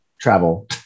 travel